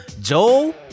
Joel